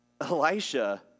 Elisha